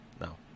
No